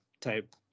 type